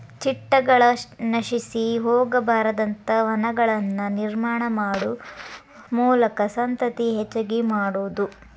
ಚಿಟ್ಟಗಳು ನಶಿಸಿ ಹೊಗಬಾರದಂತ ವನಗಳನ್ನ ನಿರ್ಮಾಣಾ ಮಾಡು ಮೂಲಕಾ ಸಂತತಿ ಹೆಚಗಿ ಮಾಡುದು